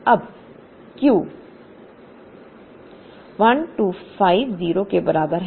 अब Q 1250 के बराबर है